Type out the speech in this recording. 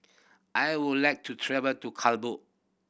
I would like to travel to Kabul